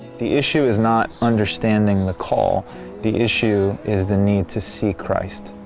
the issue is not understanding the call the issue is the need to see christ.